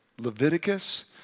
Leviticus